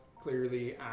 clearly